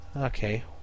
Okay